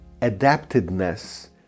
adaptedness